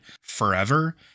forever